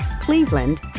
Cleveland